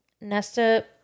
Nesta